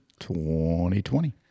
2020